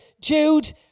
Jude